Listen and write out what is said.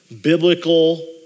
biblical